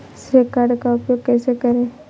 श्रेय कार्ड का उपयोग कैसे करें?